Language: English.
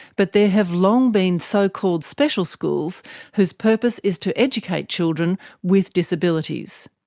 but there have long been so-called special schools whose purpose is to educate children with disabilities.